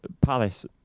Palace